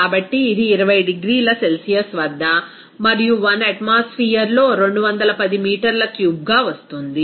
కాబట్టి ఇది 20 డిగ్రీల సెల్సియస్ వద్ద మరియు 1 అట్మాస్ఫియర్ లో 210 మీటర్ల క్యూబ్గా వస్తుంది